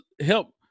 help